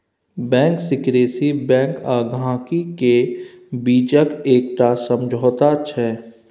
bank secrecy bank आ गांहिकी केर बीचक एकटा समझौता छै